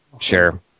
Sure